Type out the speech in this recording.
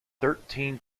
thirteen